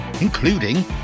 including